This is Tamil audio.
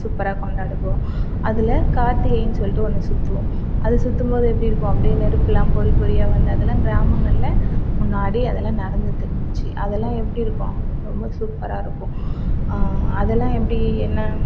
சூப்பராக கொண்டாடுவோம் அதில் கார்த்திகைனு சொல்லிட்டு ஒன்று சுற்றுவோம் அது சுற்றும்போது எப்படி இருக்கும் அப்படி நெருப்புலாம் பொறி பொறியாக வந்து அதெலான் கிராமங்கள்லை முன்னாடி அதெலான் நடந்துகிட்டு இருந்துச்சு அதெலான் எப்படி இருக்கும் ரொம்ப சூப்பராக இருக்கும் அதெலான் எப்படி என்ன